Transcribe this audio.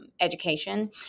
education